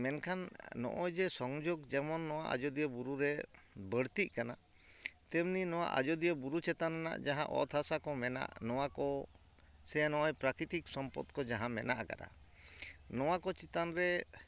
ᱢᱮᱱᱠᱷᱟᱱ ᱱᱚᱜᱼᱚᱭᱡᱮ ᱥᱚᱝᱡᱳᱜᱽ ᱡᱮᱢᱚᱱ ᱱᱚᱣᱟ ᱟᱡᱚᱫᱤᱭᱟᱹ ᱵᱩᱨᱩ ᱨᱮ ᱵᱟᱹᱲᱛᱤᱜ ᱠᱟᱱᱟ ᱛᱮᱢᱱᱤ ᱱᱚᱣᱟ ᱟᱡᱚᱫᱤᱭᱟᱹ ᱵᱩᱨᱩ ᱪᱮᱛᱟᱱ ᱨᱮᱱᱟᱜ ᱡᱟᱦᱟᱸ ᱚᱛ ᱦᱟᱥᱟ ᱠᱚ ᱢᱮᱢᱟᱜ ᱱᱚᱣᱟ ᱠᱚ ᱥᱮ ᱱᱚᱜᱼᱚᱭ ᱯᱨᱟᱠᱨᱤᱛᱤᱠ ᱥᱚᱢᱯᱚᱫᱽ ᱠᱚ ᱡᱟᱦᱟᱸ ᱢᱮᱱᱟᱜ ᱠᱟᱜᱼᱟ ᱱᱚᱣᱟ ᱠᱚ ᱪᱮᱛᱟᱱ ᱨᱮ